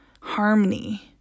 harmony